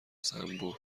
زنبور